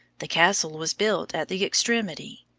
the castle was built at the extremity.